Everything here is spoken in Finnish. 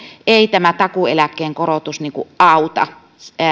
ei tämä takuueläkkeen korotus auta